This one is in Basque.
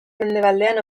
mendebaldean